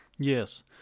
Yes